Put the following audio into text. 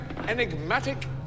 Enigmatic